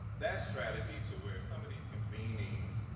that strategy to where some of these convenings,